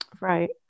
Right